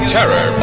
Terror